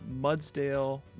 Mudsdale